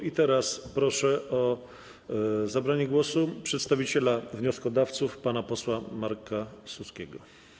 I teraz proszę o zabranie głosu przedstawiciela wnioskodawców pana posła Marka Suskiego.